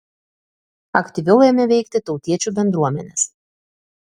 aktyviau ėmė veikti tautiečių bendruomenės